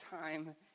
time